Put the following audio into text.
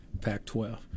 Pac-12